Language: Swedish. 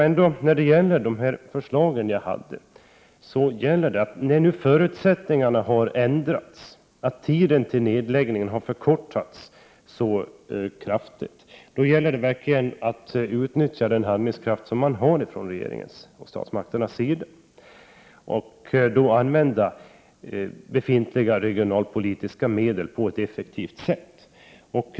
Men när nu förutsättningarna har ändrats — när tiden till nedläggningen har förkortats så kraftigt — gäller det verkligen att från regeringens sida att utnyttja den handlingskraft som man har och använda befintliga regionalpolitiska medel på ett effektivt sätt.